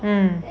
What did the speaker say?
mm